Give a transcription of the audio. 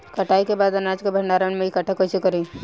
कटाई के बाद अनाज के भंडारण में इकठ्ठा कइसे करी?